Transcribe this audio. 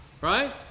Right